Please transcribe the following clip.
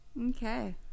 Okay